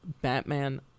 Batman